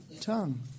tongue